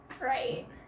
Right